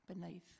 beneath